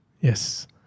Yes